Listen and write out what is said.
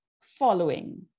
following